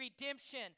redemption